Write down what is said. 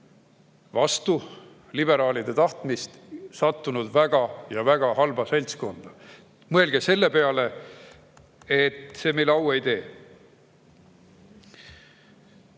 vastu liberaalide tahtmist sattunud väga ja väga halba seltskonda. Mõelge selle peale, et see meile au ei tee. Meil